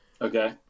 Okay